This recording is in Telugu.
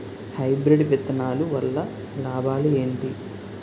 హైబ్రిడ్ విత్తనాలు వల్ల లాభాలు ఏంటి?